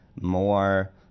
more